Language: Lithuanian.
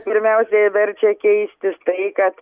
pirmiausiai verčia keistis tai kad